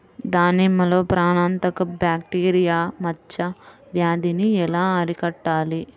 దానిమ్మలో ప్రాణాంతక బ్యాక్టీరియా మచ్చ వ్యాధినీ ఎలా అరికట్టాలి?